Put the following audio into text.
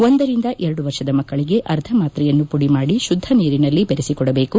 ಒಂದರಿಂದ ಎರಡು ವರ್ಷದ ಮಕ್ಕಳಿಗೆ ಅರ್ಧ ಮಾತ್ರೆಯನ್ನು ಪುದಿ ಮಾದಿ ಶುದ್ದ ನೀರಿನಲ್ಲಿ ಬೆರೆಸಿ ಕೊಡಬೇಕು